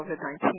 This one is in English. COVID-19